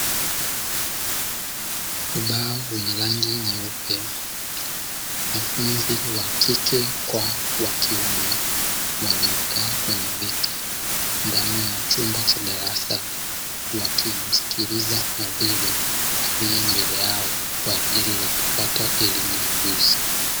Ubao wenye rangi nyeupe wanafunzi wa kike kwa wa kiume, waliokaa kwenye viti ndani ya chumba cha darasa wa kimsikiliza muhadhili aliye mbele yao kwa ajili ya kupata elimu na ujuzi.